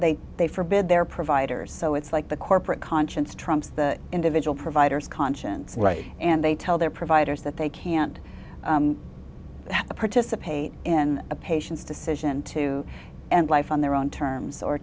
they they forbid their providers so it's like the corporate conscience trumps the individual providers conscience right and they tell their providers that they can't participate in a patient's decision to end life on their own terms or